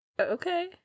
Okay